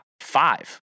five